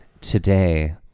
Today